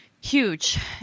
Huge